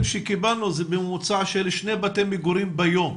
שקיבלנו זה בממוצע של שני בתי מגורים ביום.